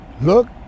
look